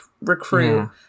recruit